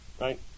right